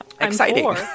Exciting